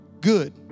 Good